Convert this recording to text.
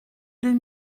deux